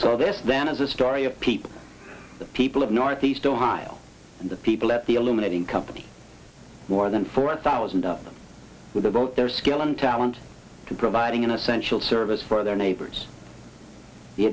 so this then is a story of people the people of northeast ohio and the people at the illuminating company more than four thousand of them with a boat their skill and talent to providing an essential service for their neighbors the